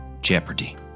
Jeopardy